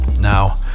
Now